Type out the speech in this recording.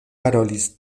parolis